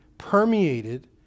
permeated